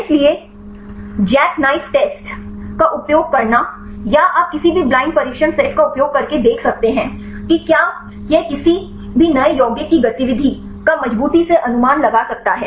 इसलिए jackknife test का उपयोग करना या आप किसी भी ब्लाइंड परीक्षण सेट का उपयोग करके देख सकते हैं कि क्या यह किसी भी नए यौगिक की गतिविधि का मज़बूती से अनुमान लगा सकता है